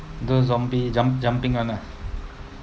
the zombie jump jumping [one] ah